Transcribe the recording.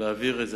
להעביר את זה,